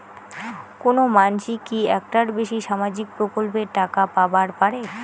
কোনো মানসি কি একটার বেশি সামাজিক প্রকল্পের টাকা পাবার পারে?